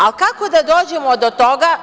Ali, kako da dođemo do toga?